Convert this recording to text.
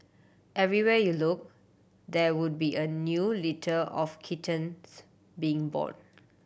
everywhere you look there would be a new litter of kittens being born